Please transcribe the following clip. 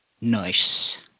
Nice